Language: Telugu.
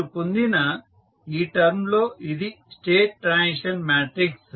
మీరు పొందిన ఈ టర్మ్ లో ఇది స్టేట్ ట్రాన్సిషన్ మ్యాట్రిక్స్